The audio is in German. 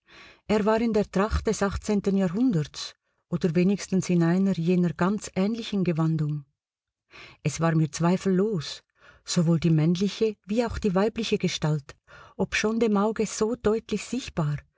er war in der tracht des jahrhunderts oder wenigstens in einer jener ganz ähnlichen gewandung es war mir zweifellos sowohl die männliche wie auch die weibliche gestalt obschon dem auge so deutlich sichtbar